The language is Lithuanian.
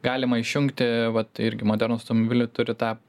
galima išjungti vat irgi modernūs automobiliai turi tą